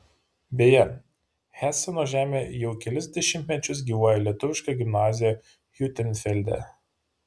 beje heseno žemėje jau kelis dešimtmečius gyvuoja lietuviška gimnazija hiutenfelde